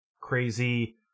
crazy